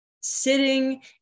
sitting